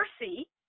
mercy